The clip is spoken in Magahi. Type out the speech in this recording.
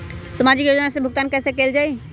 सामाजिक योजना से भुगतान कैसे कयल जाई?